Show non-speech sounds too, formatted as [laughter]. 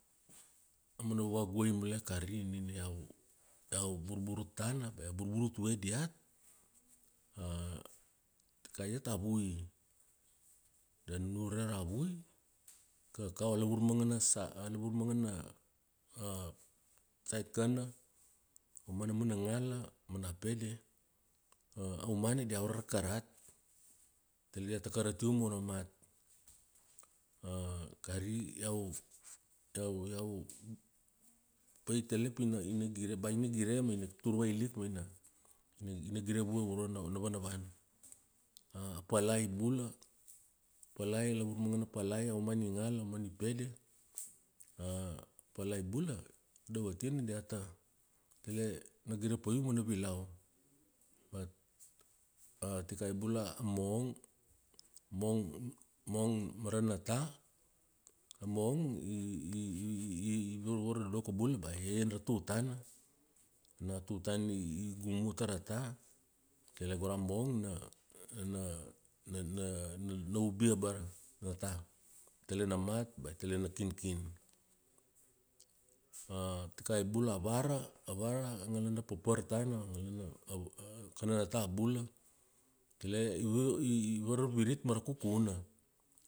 Aumana vavaguai mule a kari nina iau, iau burburut tana, bea iau burburutvue diat. [hesitation] Tikai iat a vui. Da nunure ra vui, kakau, a lavur mangana sa, a lavur mangana [hesitation] size kana, aumana amana ngala, mana pede, [hesitation] aumana dia varvar karat. Tele diata karatiu mauna mat. [hesitation] Kari iau, iau, iau, paitele pina, ina, ina gire ba ina gire ma ina tur vailik ma ina, ina, ina gire vue uro na vana vana. [hesitation] Palai bula. A palai a lavur mangana palai. Aumana i ngala aumana i pede, [hesitation] palai bula, dovotina diata, tele, na gire pa u mana vilau. But a tikai bula a mong. Mong, mong, mong mara na ta, a mong [hesitation] varvar dodoko bula bea i iaian ra tutana. Na tutana i, i gumu tara, tele go ra mong na, na, na, na, na, na ubia bara ra ta. Tele na mat ba i tele na kinkin. Tikai bula a vara. A vara a ngalana papar tana, ngalana [hesitation] kana na ta bula. Tele i [hesitation] iva, i var virit mara kukuna..